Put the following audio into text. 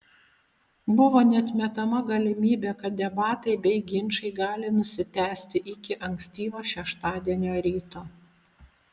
buvo neatmetama galimybė kad debatai bei ginčai gali nusitęsti iki ankstyvo šeštadienio ryto